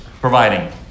providing